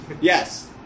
Yes